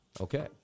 Okay